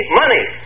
money